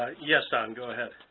yes, don, go ahead.